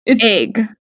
Egg